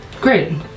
great